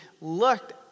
looked